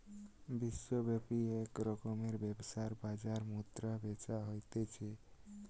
বিশ্বব্যাপী এক রকমের ব্যবসার বাজার মুদ্রা বেচা হতিছে